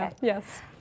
yes